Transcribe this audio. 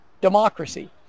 democracy